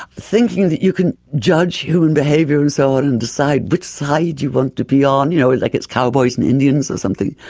thinking that you can judge human behaviour and so on and decide which side you want to be on, you know like it's cowboys and indians or something.